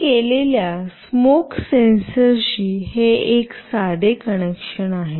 मी केलेल्या स्मोक सेन्सरशी हे एक साधे कनेक्शन आहे